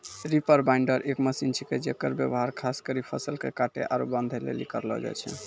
reaper binder एक machine छिकै जेकर व्यवहार खास करी फसल के काटै आरू बांधै लेली करलो जाय छै